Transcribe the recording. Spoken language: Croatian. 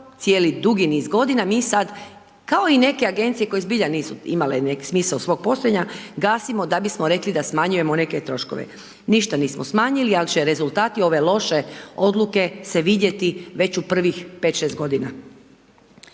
cijeli dugi niz godina, mi sada, kao i neke agencije koje zbilja nisu imale smisao svog postojanja gasio da bismo rekli da smanjujemo neke troškove. Ništa nismo smanjili, ali će rezultati ove loše odluke se vidjeti već u prvih 5, 6 godina.